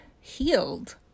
healed